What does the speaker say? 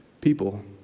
people